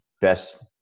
best